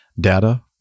data